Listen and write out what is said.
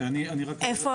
איפה?